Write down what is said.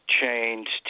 changed